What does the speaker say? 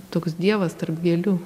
toks dievas tarp gėlių